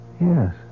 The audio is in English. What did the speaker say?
Yes